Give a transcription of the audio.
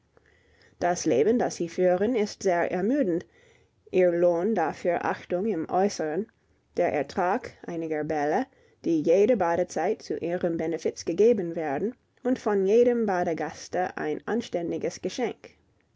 das leben das sie führen ist sehr ermüdend ihr lohn dafür achtung im äußeren der ertrag einiger bälle die jede badezeit zu ihrem benefiz gegeben werden und von jedem badegaste ein anständiges geschenk